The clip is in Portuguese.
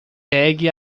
pegue